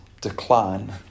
decline